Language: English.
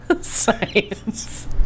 Science